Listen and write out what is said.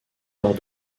lors